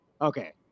okay